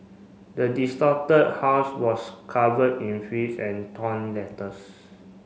the distorted house was covered in filth and torn letters